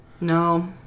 No